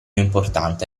importante